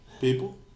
people